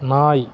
நாய்